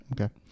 Okay